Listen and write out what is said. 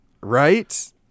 Right